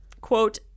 quote